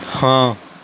ਹਾਂ